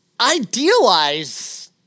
idealize